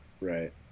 Right